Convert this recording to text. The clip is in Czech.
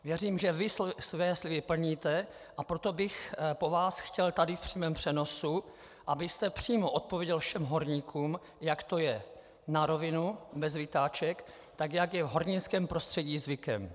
Věřím, že vy své sliby plníte, a proto bych po vás chtěl tady v přímém přenosu, abyste přímo odpověděl všem horníkům, jak to je, na rovinu, bez vytáček, jak je v hornickém prostředí zvykem.